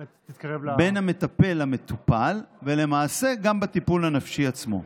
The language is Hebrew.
תתקרב, למטופל, ולמעשה גם בטיפול הנפשי עצמו.